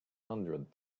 hundred